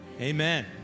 amen